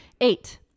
Eight